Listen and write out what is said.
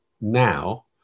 now